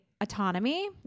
autonomy